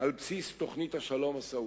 על בסיס תוכנית השלום הסעודית.